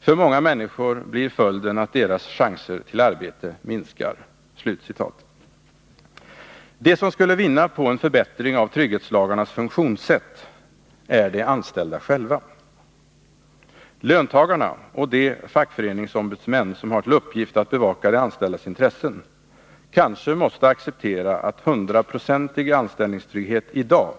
För många människor blir följden att deras chanser till arbete minskar.” De som skulle vinna på en förbättring av trygghetslagarnas funktionssätt är de anställda själva. Löntagarna — och de fackföreningsombudsmän som har till uppgift att bevaka de anställdas intressen — måste kanske acceptera att hundraprocentig anställningstrygghet i dag